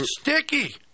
sticky